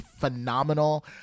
phenomenal